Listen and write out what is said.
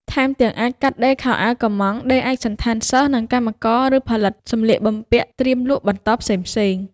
ថែមទាំង អាចកាត់ដេរខោអាវកម្ម៉ង់ ដេរឯកសណ្ឋានសិស្ស និងកម្មករ ឬផលិតសម្លៀកបំពាក់ត្រៀមលក់បន្តផ្សេងៗ។